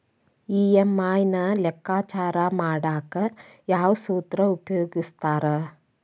EMI ನ ಲೆಕ್ಕಾಚಾರ ಮಾಡಕ ಯಾವ್ ಸೂತ್ರ ಉಪಯೋಗಿಸ್ತಾರ